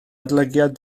adolygiad